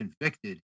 convicted